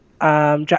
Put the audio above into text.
Jack